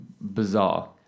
bizarre